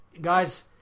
guys